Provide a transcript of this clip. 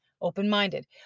open-minded